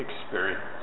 experience